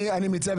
אני מציע,